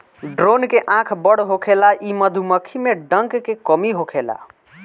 drone के आँख बड़ होखेला इ मधुमक्खी में डंक के कमी होखेला